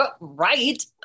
Right